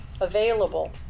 available